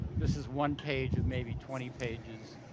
this is one page of maybe twenty pages.